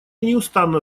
неустанно